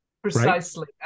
Precisely